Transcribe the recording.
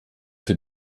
für